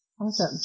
Awesome